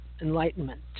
enlightenment